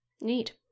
Neat